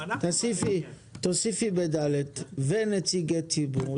תוסיפי ב-(ד) "ונציגי ציבור".